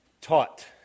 taught